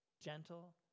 Gentle